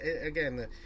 Again